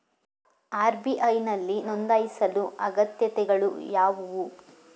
RBI ನಲ್ಲಿ ನೊಂದಾಯಿಸಲು ಅಗತ್ಯತೆಗಳು ಯಾವುವು?